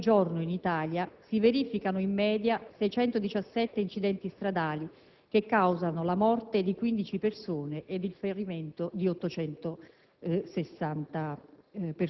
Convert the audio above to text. Per avere un'idea del fenomeno, è sufficiente ricordare che l'incidentalità stradale rappresenta la nona causa di morte nel mondo e la prima nella popolazione italiana sotto i 40 anni.